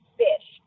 fish